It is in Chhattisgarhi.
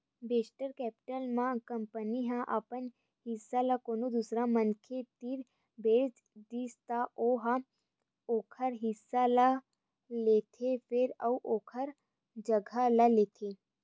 वेंचर केपिटल म कंपनी ह अपन हिस्सा ल कोनो दूसर मनखे तीर बेच दिस त ओ ह ओखर हिस्सा ल लेथे फेर अउ ओखर जघा ले लेथे